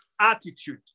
attitude